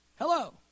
Hello